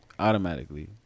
automatically